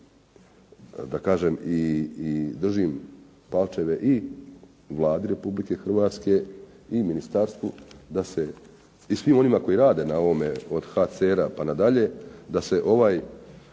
da se i držim palčeve i Vladi Republike Hrvatske i ministarstvu i svim onima koji rade na ovome, od HCR-a pa nadalje, da se ovaj